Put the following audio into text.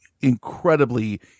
incredibly